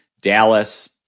Dallas